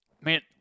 man